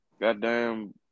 Goddamn